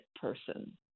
person